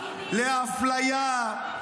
לאפליה,